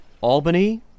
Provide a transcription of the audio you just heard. Albany